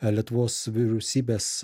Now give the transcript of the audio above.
lietuvos vyriausybės